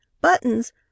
Buttons